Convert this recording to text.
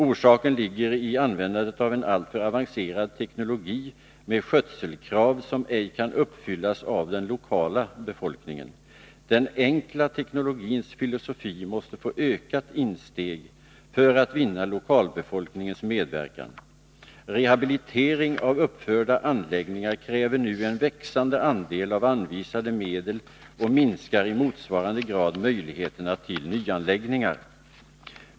Orsaken ligger i användandet av en alltför avancerad teknologi med skötselkrav som ej kan uppfyllas av den lokala befolkningen. Den enkla teknologins filosofi måste få ökat insteg för att man skall vinna lokalbefolkningens medverkan. Rehabilitering av uppförda anläggningar kräver nu en växande andel av anvisade medel och minskar i motsvarande grad möjligheterna till satsning på nyanläggningar.